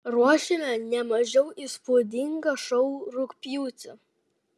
ruošiame ne mažiau įspūdingą šou rugpjūtį